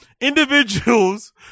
Individuals